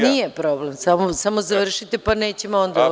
Nije problem, samo završite, pa nećemo onda.